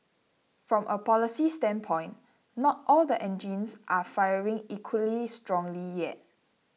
from a policy standpoint not all the engines are firing equally strongly yet